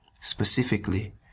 Specifically